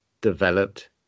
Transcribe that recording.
developed